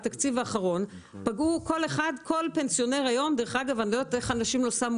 היום לכל פנסיונר - אני לא יודעת איך אנשים לא שמו